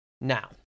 Now